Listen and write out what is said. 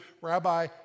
rabbi